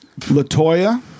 LaToya